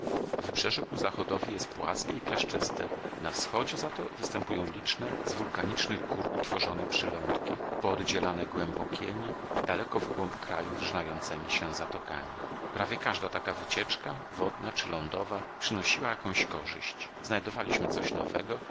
wybrzeże ku zachodowi jest płaskie i piaszczyste na wschodzie za to występują liczne z wulkanicznych gór utworzone przylądki pooddzielane głębokiemi daleko w głąb kraju wrzynającemi się zatokami prawie każda taka wycieczka wodna czy lądowa przynosiła jakąś korzyść znajdowaliśmy coś nowego